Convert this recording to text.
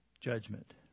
judgment